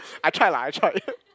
I try lah I try